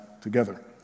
together